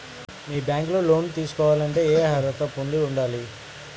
మీ bank లో loan తీసుకోవాలంటే ఎం అర్హత పొంది ఉండాలి?